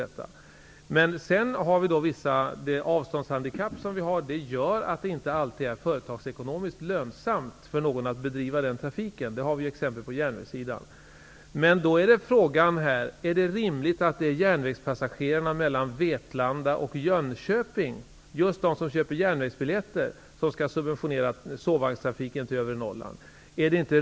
För det andra gör vissa avståndshandikapp att det inte alltid är företagsekonomiskt lönsamt för någon att bedriva trafik -- det finns det exempel på när det gäller järnvägssidan. Då är frågan: Är det rimligt att just de som köper järnvägsbiljetter och som åker tåg mellan Vetlanda och Jönköping skall subventionera sovvagnstrafiken till övre Norrland?